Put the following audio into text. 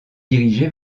dirigé